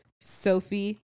Sophie